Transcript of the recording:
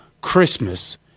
Christmas